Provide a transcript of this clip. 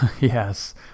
yes